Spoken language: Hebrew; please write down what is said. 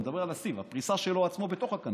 אני מדבר על הסיב, הפריסה שלו עצמו בתוך הקנה.